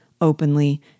openly